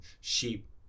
sheep